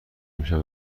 امشب